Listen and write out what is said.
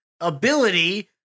ability